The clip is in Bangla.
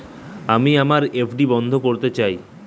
আমি আমার এফ.ডি বন্ধ করতে চাই